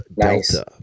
Delta